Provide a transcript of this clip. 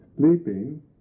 Sleeping